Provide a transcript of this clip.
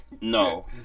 No